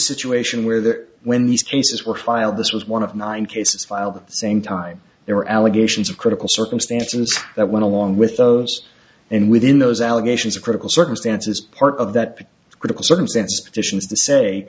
situation where the when these cases were filed this was one of nine cases filed at the same time there were allegations of critical circumstances that went along with those and within those allegations are critical circumstances part of that critical circumstance fissions